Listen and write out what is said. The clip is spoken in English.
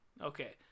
Okay